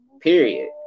period